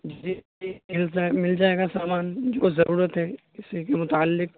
جی جی مل مل جائے گا سامان جو ضرورت ہے اسی کے متعلق